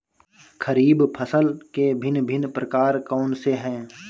खरीब फसल के भिन भिन प्रकार कौन से हैं?